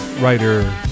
writer